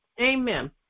Amen